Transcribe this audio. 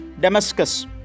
Damascus